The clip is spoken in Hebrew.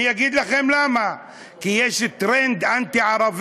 אני אגיד לכם למה, כי יש טרנד אנטי-ערבי,